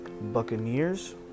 Buccaneers